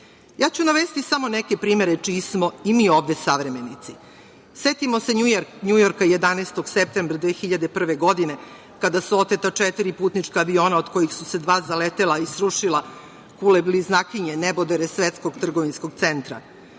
ću navesti samo neke primere čiji smo i mi ovde savremenici. Setimo se Njujorka 11. septembra 2001. godine, kada su oteta četiri putnička aviona od kojih su se dva zaletela i srušila, Kule bliznakinje, nebodere svetskog trgovinskog centra.